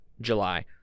July